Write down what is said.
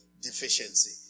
deficiency